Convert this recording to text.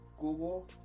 Google